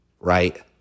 right